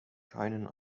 keinen